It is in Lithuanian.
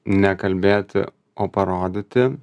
nekalbėti o parodyti